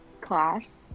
class